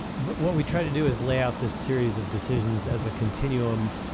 but what we tried to do is lay out the series of decisions as a continuum